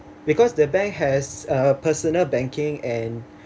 because the bank has a personal banking and